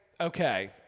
okay